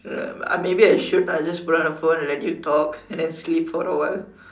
um maybe I should I'll just put down the phone and let you talk and then sleep for a while